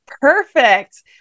perfect